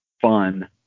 fun